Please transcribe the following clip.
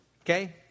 okay